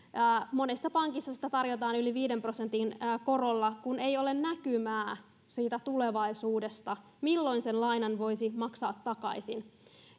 monesta pankista sitä tarjotaan yli viiden prosentin korolla kun ei ole näkymää siitä tulevaisuudesta milloin sen lainan voisi maksaa takaisin